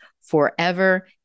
forever